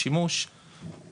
אני חושב המניעה צריכה להיות בבית,